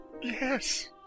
Yes